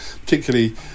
Particularly